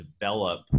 develop